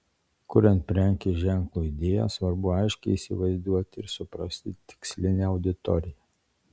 kuriant prekės ženklo idėją svarbu aiškiai įsivaizduoti ir suprasti tikslinę auditoriją